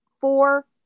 four